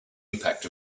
impact